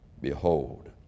Behold